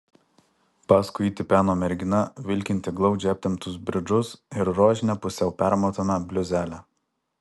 paskui jį tipeno mergina vilkinti glaudžiai aptemptus bridžus ir rožinę pusiau permatomą bliuzelę